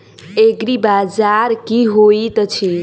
एग्रीबाजार की होइत अछि?